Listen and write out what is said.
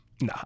No